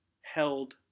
held